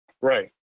Right